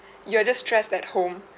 you are just stressed at home